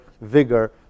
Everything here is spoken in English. vigor